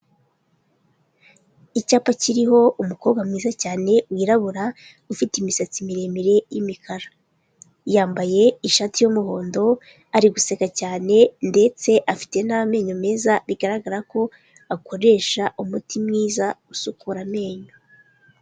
Icyapa kiriho umukobwa mwiza cyane wirabura ufite imisatsi miremire y'imikara, yambaye ishati y'umuhondo ari guseka cyane ndetse afite n'amenyo meza, bigaragara ko akoresha umuti mwiza usukura amenyo.